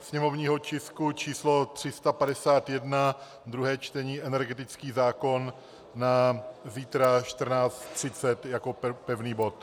sněmovního tisku číslo 351, druhé čtení, energetický zákon, na zítra 14.30 jako pevný bod.